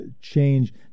change